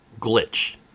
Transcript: glitch